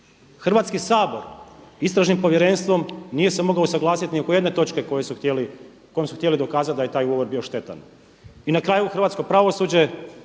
Hrvatski sabor istražnim povjerenstvom nije se mogao usuglasiti ni oko jedne točke kojom su htjeli dokazati da je taj ugovor bio štetan. I na kraju, hrvatsko pravosuđe